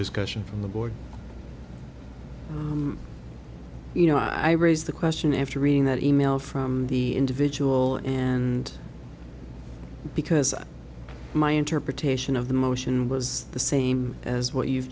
discussion from the board you know i raised the question after reading that email from the individual and because my interpretation of the motion was the same as what you